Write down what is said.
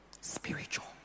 Spiritual